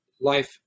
life